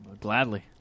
Gladly